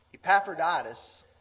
Epaphroditus